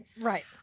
Right